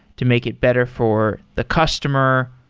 to make it better for the customer?